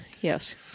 yes